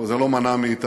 אבל זה לא מנע מאתנו,